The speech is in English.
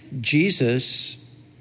Jesus